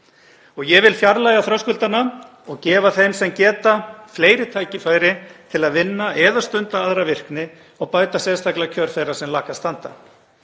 Ég vil fjarlægja þröskuldana og gefa þeim sem geta fleiri tækifæri til að vinna eða stunda aðra virkni og bæta sérstaklega kjör þeirra sem lakast standa.